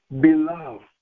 beloved